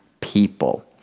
people